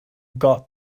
got